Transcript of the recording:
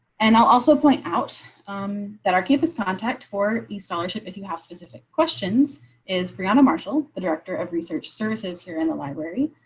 and i'll also point out that our campus contact for a scholarship. if you have specific questions is, brianna marshall, the director of research services here in the library.